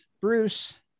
Bruce